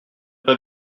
pas